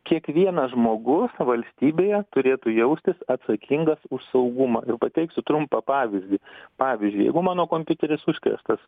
kiekvienas žmogus valstybėje turėtų jaustis atsakingas už saugumą ir pateiksiu trumpą pavyzdį pavyzdžiui jeigu mano kompiuteris užkrėstas